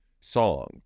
song